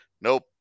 nope